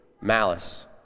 malice